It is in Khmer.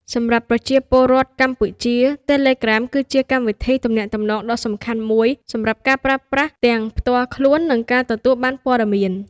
សម្រាប់ប្រជាពលរដ្ឋកម្ពុជា Telegram គឺជាកម្មវិធីទំនាក់ទំនងដ៏សំខាន់មួយសម្រាប់ការប្រើប្រាស់ទាំងផ្ទាល់ខ្លួន និងការទទួលបានព័ត៌មាន។